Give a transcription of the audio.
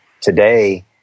today